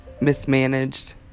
mismanaged